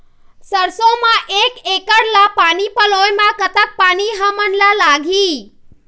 सरसों म एक एकड़ ला पानी पलोए म कतक पानी हमन ला लगही?